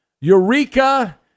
Eureka